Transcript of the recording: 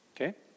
Okay